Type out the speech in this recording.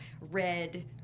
red